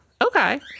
okay